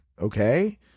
okay